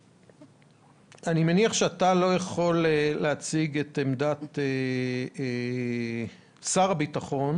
אני מניח שאתה לא יכול להציג את עמדת שר הביטחון.